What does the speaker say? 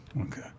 Okay